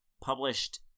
published